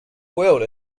world